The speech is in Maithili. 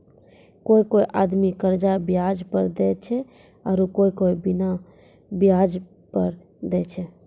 कोय कोय आदमी कर्जा बियाज पर देय छै आरू कोय कोय बिना बियाज पर देय छै